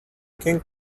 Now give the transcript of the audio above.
king